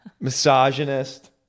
Misogynist